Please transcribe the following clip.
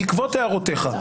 בעקבות הערותיך,